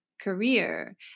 career